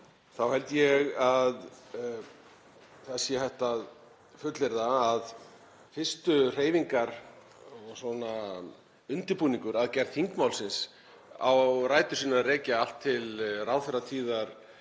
þá held ég að það sé hægt að fullyrða að fyrstu hreyfingar og undirbúningur að gerð þingmálsins eigi rætur sínar að rekja allt til ráðherratíðar